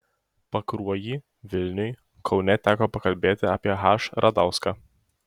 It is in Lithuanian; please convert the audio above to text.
pakruojy vilniuj kaune teko pakalbėti apie h radauską